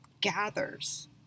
gathers